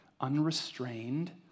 unrestrained